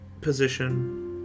position